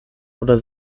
oder